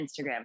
Instagram